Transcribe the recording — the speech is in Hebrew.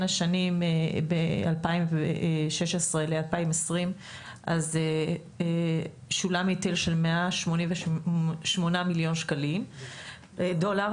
השנים 2016 ל-2020 ששולם היטל של 188 מיליון דולר,